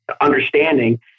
understanding